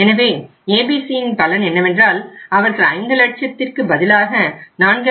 எனவே ABCயின் பலன் என்னவென்றால் அவர்கள் 5 லட்சத்திற்கு பதிலாக 4